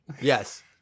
Yes